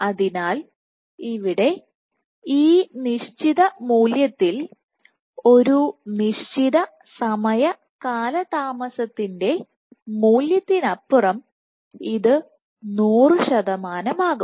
അതിനാൽ ഇവിടെ ഈനിശ്ചിത മൂല്യത്തിൽ ഒരു നിശ്ചിത സമയ കാലതാമസത്തിൻറെ മൂല്യത്തിനപ്പുറം ഇത് 100 ശതമാനമാകും